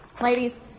Ladies